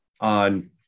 on